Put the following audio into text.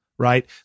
Right